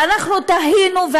ואנחנו תהינו,